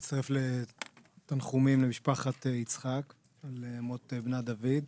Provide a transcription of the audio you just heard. אני מצטרף לתנחומים למשפחת יצחק על מות בנה דוד.